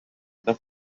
the